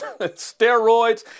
steroids